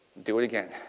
do it again.